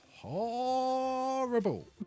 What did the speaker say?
horrible